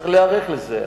צריך להיערך לזה.